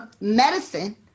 medicine